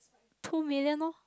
two million lor